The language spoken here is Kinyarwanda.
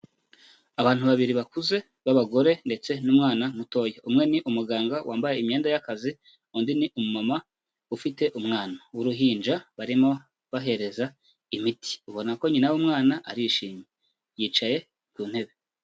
Abantu babiri bakuze b'abagore ndetse n'umwana mutoya, umwe ni umuganga wambaye imyenda y'akazi, undi ni umumama ufite umwana w'uruhinja barimo bahereza imiti, ubona ko nyina w'umwana arishimye, yicaye ku ntebe.